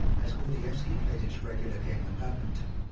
as gordievsky played his regular game of badminton,